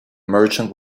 merchant